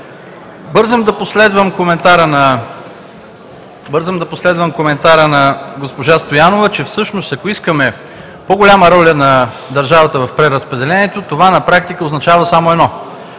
Бързам да последвам коментара на госпожа Стоянова, че всъщност, ако искаме по-голяма роля на държавата в преразпределението, това на практика означава само едно